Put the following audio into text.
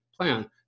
plan